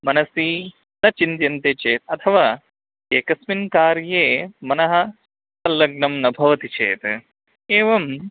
मनसि न चिन्त्यन्ते चेत् अथवा एकस्मिन् कार्ये मनः सल्लग्नं न भवति चेत् एवं